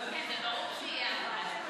כן, זה ברור שיהיה "אבל".